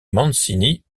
mancini